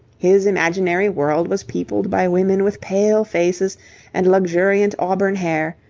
his imaginary world was peopled by women with pale faces and luxuriant auburn hair,